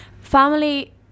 family